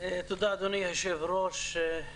תודה, אדוני הי ושב-ראש.